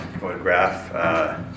photograph